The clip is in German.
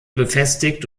befestigt